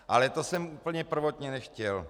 Ale to jsem úplně prvotně nechtěl.